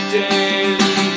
daily